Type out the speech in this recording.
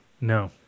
No